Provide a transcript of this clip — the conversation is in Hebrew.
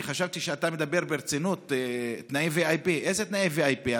ואני חשבתי שאתה מדבר ברצינות על תנאי VIP. איזה תנאי VIP?